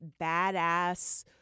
badass-